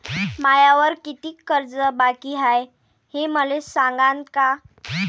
मायावर कितीक कर्ज बाकी हाय, हे मले सांगान का?